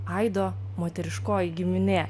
aido moteriškoji giminė